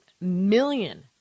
million